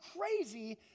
crazy